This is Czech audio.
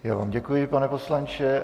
Já vám děkuji, pane poslanče.